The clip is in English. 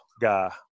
guy